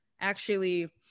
actually-